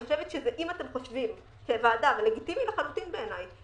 אם אתם חושבים כוועדה וזה לגיטימי לחלוטין בעיניי,